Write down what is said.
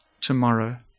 tomorrow